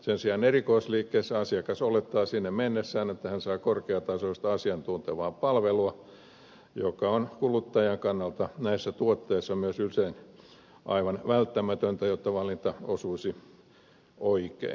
sen sijaan erikoisliikkeissä asiakas olettaa sinne mennessään että hän saa korkeatasoista asiantuntevaa palvelua joka on kuluttajan kannalta näissä tuotteissa myös usein aivan välttämätöntä jotta valinta osuisi oikein